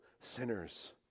sinners